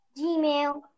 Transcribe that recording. gmail